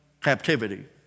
captivity